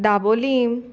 Dabolim